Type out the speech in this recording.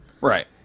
right